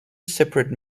separate